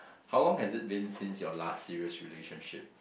how long has it been since your last serious relationship